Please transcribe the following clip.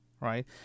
Right